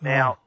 Now